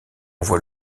voit